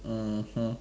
mmhmm